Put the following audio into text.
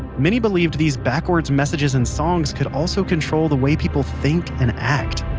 many believed these backwards messages in songs could also control the way people think and act.